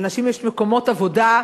לאנשים יש מקומות עבודה.